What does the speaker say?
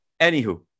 anywho